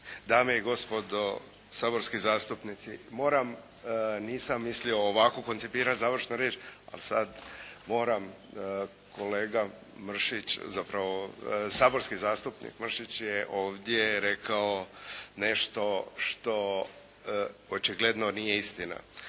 Dame i gospodo saborski zastupnici. Moram, nisam mislio ovako koncipirati završnu riječ, ali sada moram kolega Mršić, zapravo saborski zastupnik Mršić je ovdje rekao nešto što očigledno nije istina.